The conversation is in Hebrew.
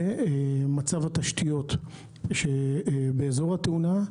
ומצב התשתיות באזור התאונה.